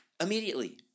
immediately